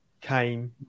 came